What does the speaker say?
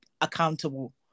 accountable